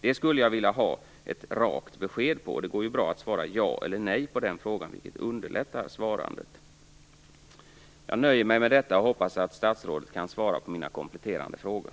Det skulle jag vilja ha ett rakt besked på, och det går ju bra att svara ja eller nej på den frågan, vilket underlättar svarandet. Jag nöjer mig med detta och hoppas att statsrådet kan svara på mina kompletterande frågor.